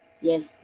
Yes